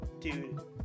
Dude